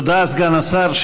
תודה, סגן השר.